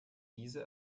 diese